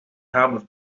tablets